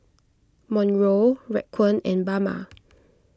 Monroe Raquan and Bama